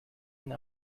and